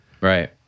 right